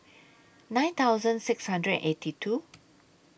nine thousand six hundred and eighty two